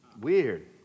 Weird